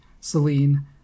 Celine